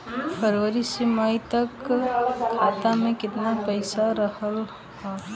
फरवरी से मई तक खाता में केतना पईसा रहल ह?